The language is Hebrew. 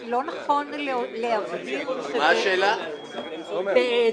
בהעדר הודעה כאמור, הודעת שר הביטחון הנוכחית.